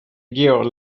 gear